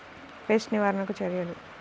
Pest నివారణకు చర్యలు?